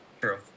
True